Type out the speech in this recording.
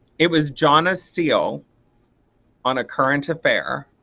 it was johnna steele on a current affair.